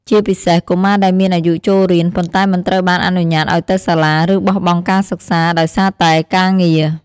ជាពិសេសកុមារដែលមានអាយុចូលរៀន ប៉ុន្តែមិនត្រូវបានអនុញ្ញាតឲ្យទៅសាលា ឬបោះបង់ការសិក្សាដោយសារតែការងារ។